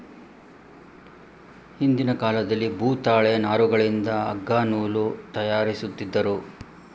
ಹಿಂದಿನ ಕಾಲದಲ್ಲಿ ಭೂತಾಳೆ ನಾರುಗಳಿಂದ ಅಗ್ಗ ನೂಲು ತಯಾರಿಸುತ್ತಿದ್ದರು